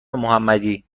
محمدی